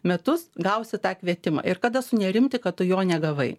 metus gausi tą kvietimą ir kada sunerimti kad tu jo negavai